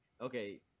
okay